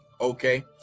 Okay